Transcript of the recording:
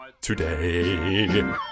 today